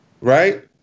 Right